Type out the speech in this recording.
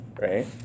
right